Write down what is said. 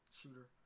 Shooter